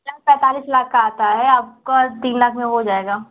चालीस पैंतालीस लाख की आती है आपका तीन लाख में हो जाएगा